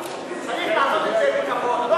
צריך לעשות את זה בכבוד,